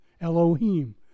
Elohim